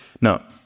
now